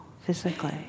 physically